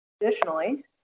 Additionally